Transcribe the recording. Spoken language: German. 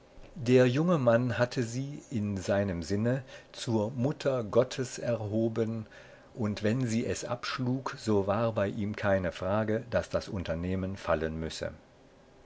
der junge mann hatte sie in seinem sinne zur mutter gottes erhoben und wenn sie es abschlug so war bei ihm keine frage daß das unternehmen fallen müsse